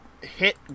hit